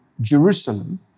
Jerusalem